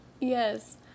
Yes